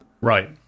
Right